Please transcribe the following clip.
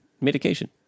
medication